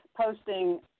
posting